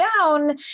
down